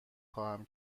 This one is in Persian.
خواهم